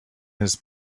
his